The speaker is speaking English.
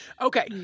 Okay